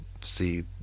see